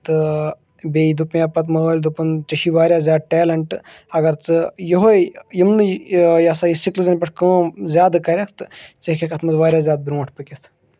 تہِ بیٚیہِ دوٚپ مےٚ پَتہ مألۍ دوٚپُن ژےٚ چھُے وارِیاہ زیادٕ ٹیلَنٹ اَگَر ژٕ یہے یمنٕے یہِ ہسا یہِ سِٹِزَن پؠٹھ کٲم زیادٕ کَرکھ تہٕ ژٕ ہیٚکَکھ اَتھ منٛز وارِیاہ زیادٕ برونٛٹھ پٔکِتھ